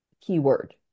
keyword